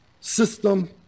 system